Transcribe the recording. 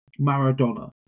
Maradona